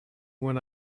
when